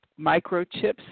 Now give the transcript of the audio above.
microchips